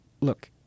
look